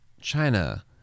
China